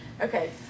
Okay